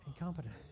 Incompetent